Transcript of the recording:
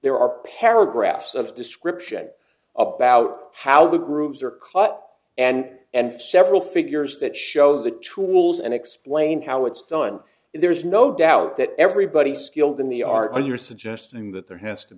there are paragraphs of description about how the grooves are cut and and several figures that show the tools and explain how it's done and there's no doubt that everybody skilled in the art you're suggesting that there has to